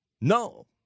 No